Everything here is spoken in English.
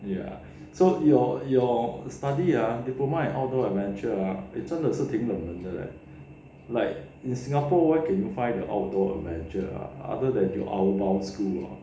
ya so your your study ah diploma and outdoor adventure ah 真的是挺愣人的 leh like in singapore where can find a outdoor adventure ah other than outbound school ah